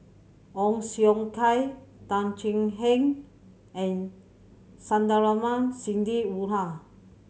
Ong Siong Kai Tan Thuan Heng and Sandrasegaran Sidney Woodhull